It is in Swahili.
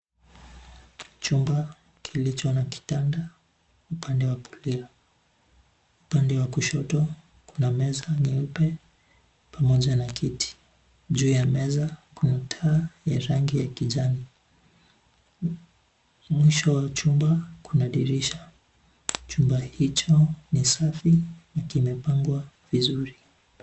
Chumba kilicho na kitanda upande wa kulia, upande wa kushoto kuna meza nyeupe pamoja na kiti. Juu ya meza, kuna taa ya rangi ya kijani, Mwisho wa chumba kuna dirisha, chumba hicho ni safi na kimepangwa vizuri.